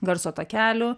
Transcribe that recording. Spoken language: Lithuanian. garso takelių